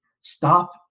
stop